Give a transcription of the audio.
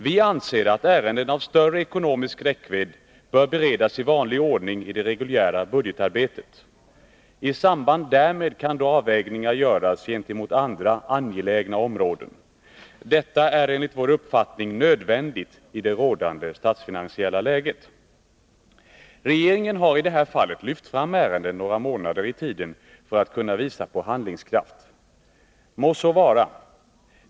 Vi anser dock att ärenden av större ekonomisk räckvidd bör beredas i vanlig ordning i det reguljära budgetarbetet. I samband därmed kan då avvägningar göras gentemot andra angelägna områden. Detta är enligt vår uppfattning nödvändigt i det rådande statsfinansiella läget. Regeringen har i det här fallet lyft fram ärenden några månader i tiden för att kunna visa på handlingskraft. Må så vara.